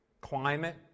climate